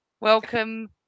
Welcome